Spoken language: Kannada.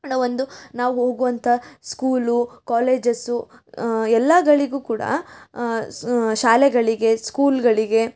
ನಾವು ಒಂದು ನಾವು ಹೋಗುವಂಥ ಸ್ಕೂಲು ಕಾಲೇಜಸ್ಸು ಎಲ್ಲಗಳಿಗೂ ಕೂಡ ಸ್ ಶಾಲೆಗಳಿಗೆ ಸ್ಕೂಲ್ಗಳಿಗೆ